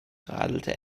radelte